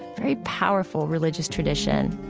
very powerful religious tradition.